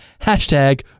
hashtag